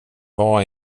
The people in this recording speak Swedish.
var